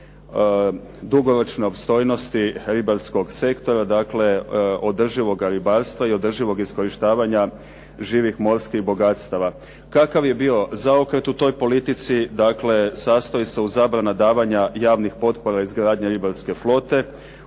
dugoročne opstojnosti ribarskog sektora, dakle održivoga ribarstva i održivog iskorištavanja živih morskih bogatstava. Kakav je bio zaokret u toj politici, dakle sastoji se u zabrani davanja javnih potpora izgradnji ribarske flote,